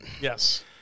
Yes